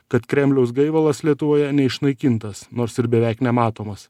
kad kremliaus gaivalas lietuvoje neišnaikintas nors ir beveik nematomas